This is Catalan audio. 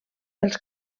els